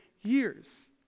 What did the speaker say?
years